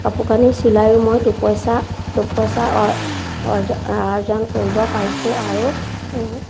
কাপোৰ কানি চিলায়ো মই দুপইচা দুপইচা অৰ্জ আৰ্জন কৰিব পাৰিছোঁ আৰু